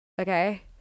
okay